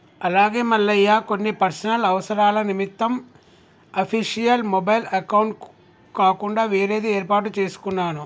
అలాగే మల్లయ్య కొన్ని పర్సనల్ అవసరాల నిమిత్తం అఫీషియల్ మొబైల్ అకౌంట్ కాకుండా వేరేది ఏర్పాటు చేసుకున్నాను